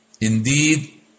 Indeed